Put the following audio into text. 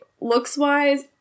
Looks-wise